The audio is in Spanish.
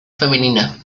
femenina